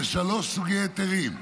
בשלושה סוגי היתרים.